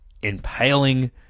impaling